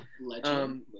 Legend